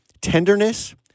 tenderness